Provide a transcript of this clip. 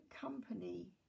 company